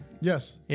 Yes